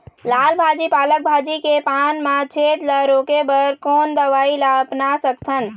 लाल भाजी पालक भाजी के पान मा छेद ला रोके बर कोन दवई ला अपना सकथन?